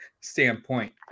standpoint